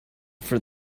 for